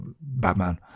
Batman